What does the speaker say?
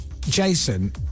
Jason